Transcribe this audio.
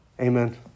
Amen